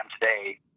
today